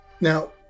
Now